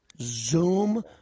Zoom